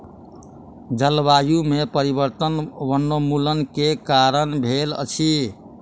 जलवायु में परिवर्तन वनोन्मूलन के कारण भेल अछि